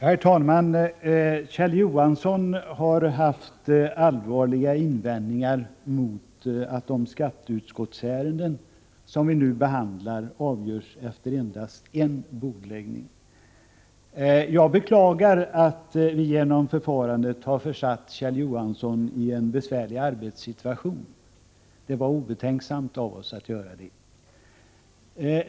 Herr talman! Kjell Johansson har gjort allvarliga invändningar mot att de skatteutskottsärenden som vi nu behandlar avgörs efter endast en bordläggning. Jag beklagar att vi genom detta förfarande har försatt Kjell Johansson i en besvärlig arbetssituation. Det var obetänksamt av oss att göra så.